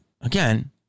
again